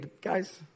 guys